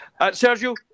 Sergio